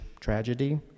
tragedy